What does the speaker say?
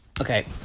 Okay